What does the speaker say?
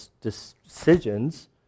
decisions